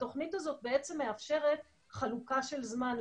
התוכנית הזו מאפשרת חלוקה של זמן.